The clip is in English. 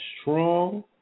strong